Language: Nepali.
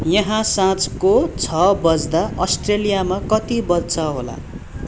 यहाँ साँझ्को छ बज्दा अस्ट्रेलियामा कति बज्छ होला